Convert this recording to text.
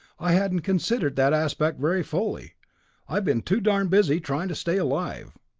i hadn't considered that aspect very fully i've been too darned busy trying to stay alive.